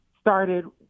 started